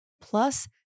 plus